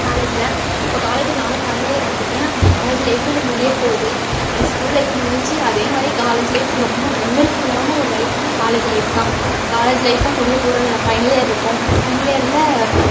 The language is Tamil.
காலேஜில் இப்போ காலேஜும் நானும் ஃபைனல் இயர் வந்துவிட்டேன் காலேஜு லைஃபு எனக்கு முடியப்போகுது அடுத்து ஸ்கூல் லைஃப் முடிஞ்சுடுச்சி அதே மாதிரியே காலேஜ் லைஃப் ரொம்ப மெமரி ஃபுல்லான ஒரு லைஃப்னா காலேஜ் லைஃப் தான் காலேஜ் லைஃபும் முடியப்போகிற ஃபைனல் இயரில் இருக்கோம் ஃபைனல் இயரில்